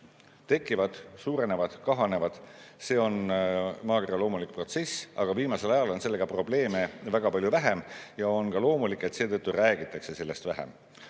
tekivad, suurenevad, kahanevad, see on maakera loomulik protsess. Aga viimasel ajal on sellega probleeme väga palju vähem. Ja on ka loomulik, et seetõttu räägitakse sellest vähem.